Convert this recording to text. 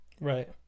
Right